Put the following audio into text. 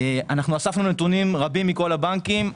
אנחנו אספנו נתונים רבים מכל הבנקים.